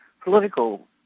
political